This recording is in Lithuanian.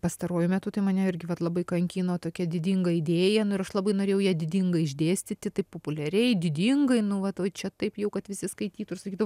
pastaruoju metu tai mane irgi vat labai kankino tokia didinga idėja nu ir aš labai norėjau ją didingai išdėstyti taip populiariai didingai nu vat va čia taip jau kad visi skaitytų sakytų